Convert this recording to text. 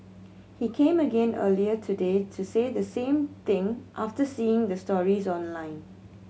he came again earlier today to say the same thing after seeing the stories online